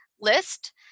list